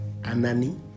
Anani